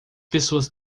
pessoas